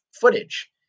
footage